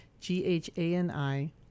G-H-A-N-I